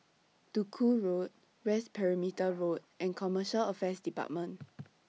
Duku Road West Perimeter Road and Commercial Affairs department